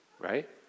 right